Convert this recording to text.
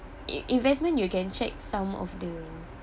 i~ investment you can check some of the